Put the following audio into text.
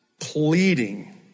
pleading